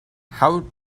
how